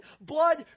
Blood